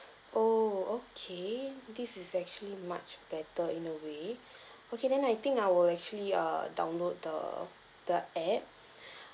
oh okay this is actually much better in a way okay then I think I will actually err download the the app